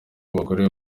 abagore